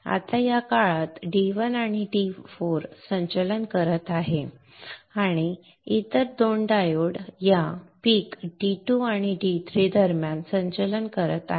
आता या काळात D1 आणि D4 संचलन करत आहेत आणि इतर 2 डायोड या शिखर D2 आणि D3 दरम्यान संचलन करत आहेत